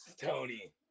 Tony